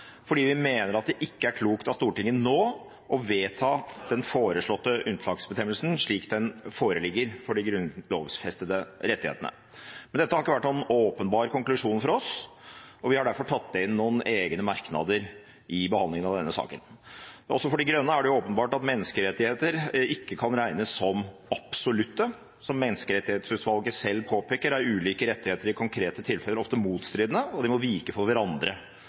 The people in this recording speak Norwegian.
fordi vi mener at det ikke er klokt av Stortinget nå å vedta den foreslåtte unntaksbestemmelsen – slik den foreligger – for de grunnlovfestede rettighetene. Men dette har ikke vært noen åpenbar konklusjon for oss, og vi har derfor tatt inn noen egne merknader i behandlingen av denne saken. Også for De Grønne er det åpenbart at menneskerettigheter ikke kan regnes som absolutte. Som Menneskerettighetsutvalget selv påpeker, er ulike rettigheter i konkrete tilfeller ofte motstridende, og de må vike for hverandre.